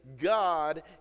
God